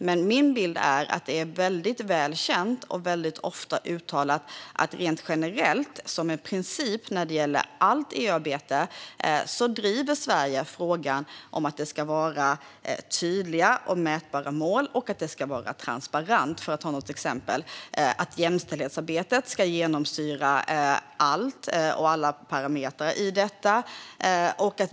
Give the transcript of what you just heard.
Min bild är dock att det är väldigt väl känt och ofta uttalat att Sverige rent generellt, som en princip, när det gäller allt EU-arbete driver frågan om att det ska finnas tydliga och mätbara mål och att det ska vara transparent. Ett exempel är att jämställdhetsarbetet ska genomsyra allt, och det gäller alla parametrar i detta.